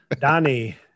Donnie